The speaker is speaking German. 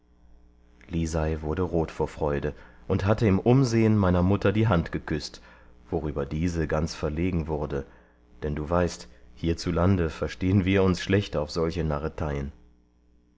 lisei wurde rot vor freude und hatte im umsehen meiner mutter die hand geküßt worüber diese ganz verlogen wurde denn du weißt hierzulande verstehen wir uns schlecht auf solche